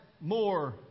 more